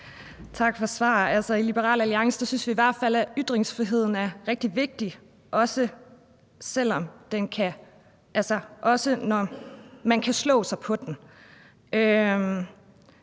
I Liberal Alliance synes vi i hvert fald, at ytringsfriheden er rigtig vigtig, også når man kan slå sig på den.